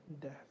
death